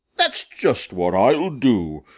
that's just what i'll do.